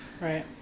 right